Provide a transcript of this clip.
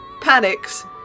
panics